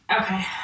Okay